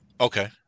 Okay